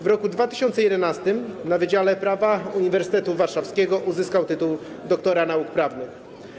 W roku 2011 na wydziale prawa Uniwersytetu Warszawskiego uzyskał tytuł doktora nauk prawnych.